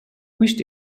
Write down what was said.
quist